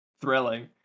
thrilling